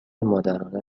مادرانه